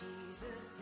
Jesus